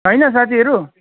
छैन साथीहरू